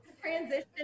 transition